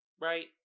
Right